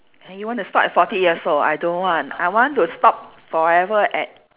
!huh! you want to stop at forty years old I don't want I want to stop forever at